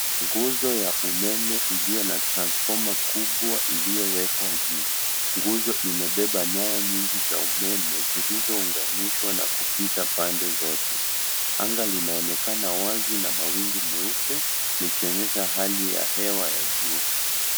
Nguzo ya umeme iliyo na transformer kubwa iliyowekwa juu. Nguzo imebeba nyaya nyingi za umeme zilizounganishwa na kupita pande zote. Anga linaonekana wazi na mawingu meupe likionyesha hali ya hewa ya jua.